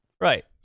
Right